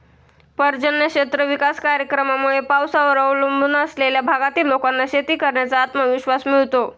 पर्जन्य क्षेत्र विकास कार्यक्रमामुळे पावसावर अवलंबून असलेल्या भागातील लोकांना शेती करण्याचा आत्मविश्वास मिळतो